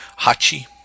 Hachi